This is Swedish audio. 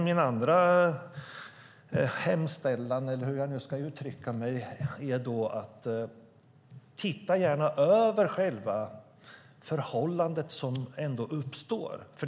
Min andra hemställan, eller hur jag ska uttrycka mig, är: Titta gärna över själva förhållandet som ändå uppstår!